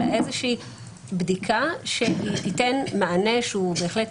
אלא איזה שהיא בדיקה שתיתן מענה שהוא בהחלט